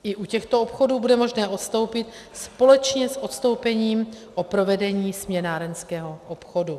I u těchto obchodů bude možné odstoupit společně s odstoupením od provedení směnárenského obchodu.